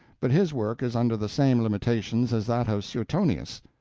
but his work is under the same limitations as that of suetonius.